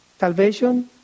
Salvation